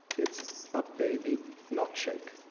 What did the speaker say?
it's a baby milkshake.